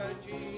Jesus